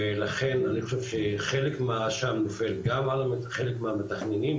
ולכן אני חושב שחלק מהאשם נופל גם על חלק מהמתכננים,